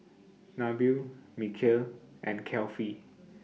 Nabil Mikhail and Kefli